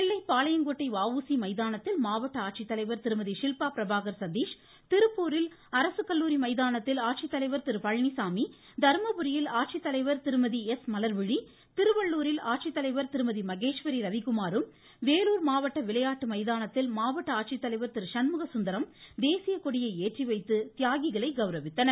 நெல்லை பாளையங்கோட்டை வஊசி மைதானத்தில் மாவட்ட ஆட்சித்தலைவர் திருமதி ஷில்பா பிரபாகர் சதீஷ் திருப்பூரில் அரசு கல்லூரி மைதானத்தில் ஆட்சித்தலைவர் திரு பழனிச்சாமி தருமபுரியில் ஆட்சித்தலைவர் திருமதி எஸ் மலர்விழி திருவள்ளுரில் ஆட்சித்தலைவர் திருமதி மகேஸ்வரி ரவிக்குமாரும் வேலூர் மாவட்ட விளையாட்டு மைதானத்தில் திரு சண்முகசுந்தரம் தேசிய கொடியை ஏற்றிவைத்து தியாகிகளை கௌரவித்தனர்